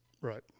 Right